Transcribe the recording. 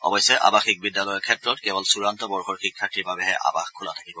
অৱশ্যে আৱাসিক বিদ্যালয়ৰ ক্ষেত্ৰত কেৱল চুড়ান্ত বৰ্ষৰ শিক্ষাৰ্থীৰ বাবেহে আবাস খোলা থাকিব